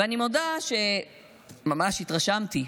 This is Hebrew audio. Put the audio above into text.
ואני מודה שממש התרשמתי: